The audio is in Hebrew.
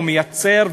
או מייצר,